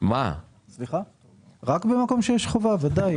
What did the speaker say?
רק במקום שיש חובה, ודאי.